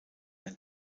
ein